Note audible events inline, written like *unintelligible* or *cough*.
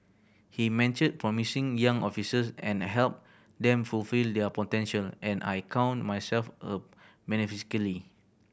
he mentored promising young officers and helped them fulfil their potential and I count myself a *unintelligible*